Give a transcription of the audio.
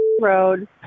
Road